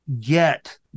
get